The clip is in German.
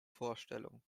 vorstellung